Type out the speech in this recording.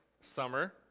summer